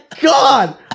god